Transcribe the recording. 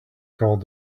called